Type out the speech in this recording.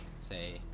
say